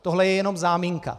Tohle je jenom záminka.